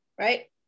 right